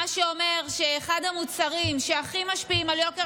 מה שאומר שאחד המוצרים שהכי משפיעים על יוקר